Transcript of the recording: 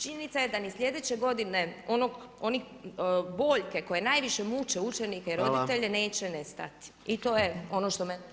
Činjenica je da ni sljedeće godine onih, boljke koje najviše muče učenike i roditelje [[Upadica predsjednik: Hvala.]] neće nestati i to je ono što me